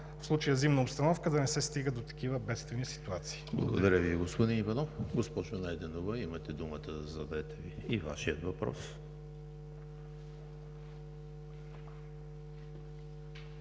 в случая зимна обстановка, да не се стига до такива бедствени ситуации? ПРЕДСЕДАТЕЛ ЕМИЛ ХРИСТОВ: Благодаря Ви, господин Иванов. Госпожо Найденова, имате думата да зададете и Вашия въпрос.